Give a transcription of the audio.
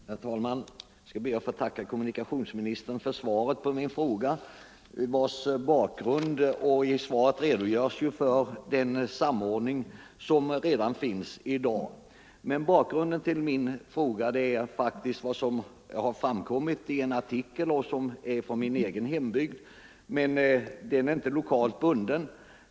Herr talman! Jag ber att få tacka kommunikationsministern för svaret på min fråga. I svaret redogörs för den samordning som redan nu finns. Bakgrunden till min fråga är vad som har framkommit i en tidningsartikel från min egen hembygd, men frågan är inte lokalt bunden.